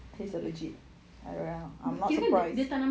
kirakan dia tanam